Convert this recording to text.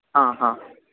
हा हा